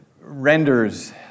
renders